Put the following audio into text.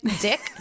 dick